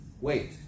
Wait